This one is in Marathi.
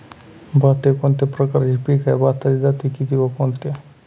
भात हे कोणत्या प्रकारचे पीक आहे? भाताच्या जाती किती व कोणत्या?